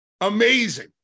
Amazing